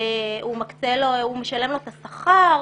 הוא משלם לו את השכר,